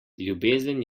ljubezen